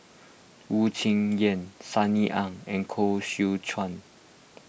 Wu Tsai Yen Sunny Ang and Koh Seow Chuan